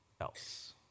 else